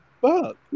Fuck